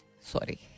Sorry